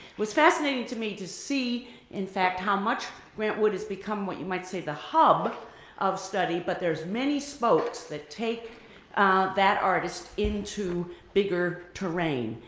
was fascinating to me to see in fact how much grant wood has become what you might say the hub of studies, but there's many spokes that take that artist into bigger terrain.